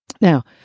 Now